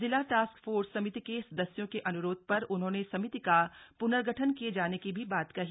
जिला task force समिति के सदस्यों के अनुरोध पर उन्होंने समिति का प्नर्गठन किए जाने की भी बात कही